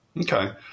Okay